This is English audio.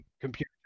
computer